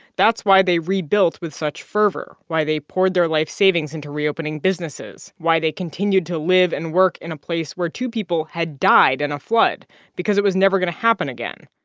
that's why they rebuilt with such fervor, why they poured their life savings into reopening businesses, why they continued to live and work in a place where two people had died in and a flood because it was never going to happen again.